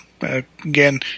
again